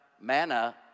manna